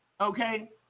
okay